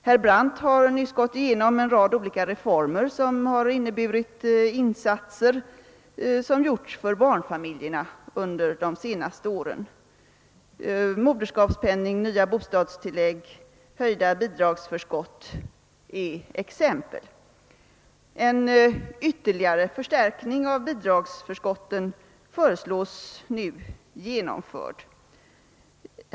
Herr Brandt har nyss gått igenom en rad olika reformer som har inneburit insatser för barnfamiljerna under den senaste tiden; moderskapspenningen, de nya bostadstilläggen och de höjda bidragsförskotten är exempel härpå. En ytterligare förstärkning av bidragsförskotten föreslås nu genomförd.